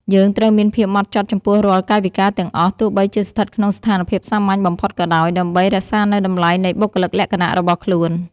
យើងត្រូវមានភាពហ្មត់ចត់ចំពោះរាល់កាយវិការទាំងអស់ទោះបីជាស្ថិតក្នុងស្ថានភាពសាមញ្ញបំផុតក៏ដោយ ដើម្បី រក្សានូវតម្លៃនៃបុគ្គលិកលក្ខណៈរបស់ខ្លួន។